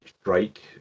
strike